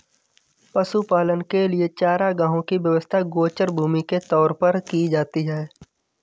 पशुपालन के लिए चारागाहों की व्यवस्था गोचर भूमि के तौर पर की जाती है